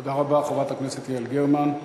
תודה רבה, חברת הכנסת יעל גרמן.